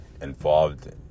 involved